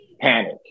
panic